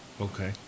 Okay